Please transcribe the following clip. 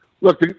Look